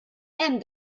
hemm